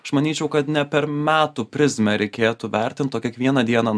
aš manyčiau kad ne per metų prizmę reikėtų vertint o kiekvieną dieną